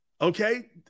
Okay